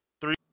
three